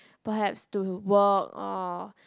perhaps to work or